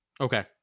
Okay